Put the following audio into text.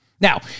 Now